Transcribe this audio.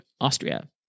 Austria